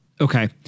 Okay